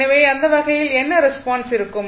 எனவே அந்த வகையில் என்ன ரெஸ்பான்ஸ் இருக்கும்